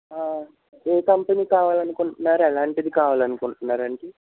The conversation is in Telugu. ఏ కంపెనీ కావాలని అనుకుంటున్నారు ఎలాంటిది కావాలని అనుకుంటున్నారు అండి